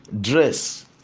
dress